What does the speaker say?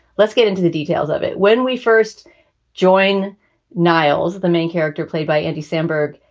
let's get into the details of it. when we first join niall's the main character played by andy samberg,